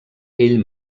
ell